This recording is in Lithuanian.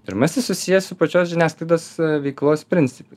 pirmasis susijęs su pačios žiniasklaidos veiklos principai